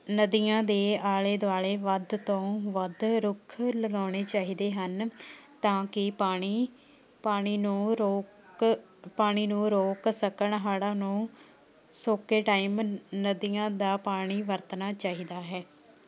ਨਦੀਆਂ ਦੇ ਆਲੇ ਦੁਆਲੇ ਵੱਧ ਤੋਂ ਵੱਧ ਰੁੱਖ ਲਗਾਉਣੇ ਚਾਹੀਦੇ ਹਨ ਤਾਂਕਿ ਪਾਣੀ ਪਾਣੀ ਨੂੰ ਰੋਕ ਪਾਣੀ ਨੂੰ ਰੋਕ ਸਕਣ ਹੜ੍ਹਾਂ ਨੂੰ ਸੋਕੇ ਟਾਈਮ ਨਦੀਆਂ ਦਾ ਪਾਣੀ ਵਰਤਣਾ ਚਾਹੀਦਾ ਹੈ